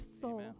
soul